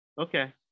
Okay